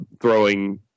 throwing